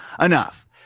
enough